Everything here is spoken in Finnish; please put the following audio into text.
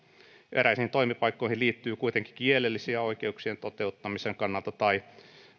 eräisiin toimipaikkoihin liittyy kuitenkin kielellisten oikeuksien toteuttamisen kannalta tai